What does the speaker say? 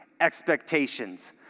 expectations